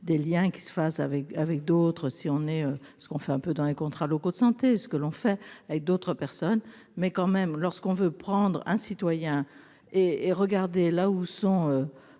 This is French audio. des Liens qui se fasse avec, avec d'autres, si on est-ce qu'on fait un peu dans les contrats locaux de santé ce que l'on fait avec d'autres personnes, mais quand même, lorsqu'on veut prendre un citoyen et et regarder là où sont